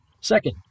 Second